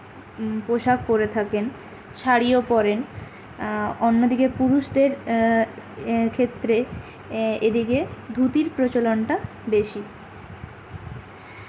পোশাক পরে থাকেন শাড়িও পরেন অন্য দিকে পুরুষদের ক্ষেত্রে এদিকে ধুতির প্রচলনটা বেশি